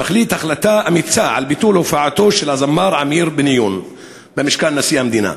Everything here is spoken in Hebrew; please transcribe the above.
מחליט החלטה אמיצה על ביטול הופעתו במשכן נשיא המדינה